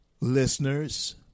listeners